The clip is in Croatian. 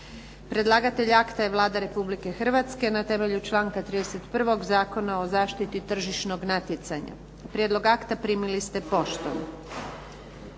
Predlagatelj akta je Vlada Republike Hrvatske na temelju članka 31. Zakona o zaštiti tržišnog natjecanja. Prijedlog akta primili ste poštom.